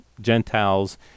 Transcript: Gentiles